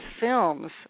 films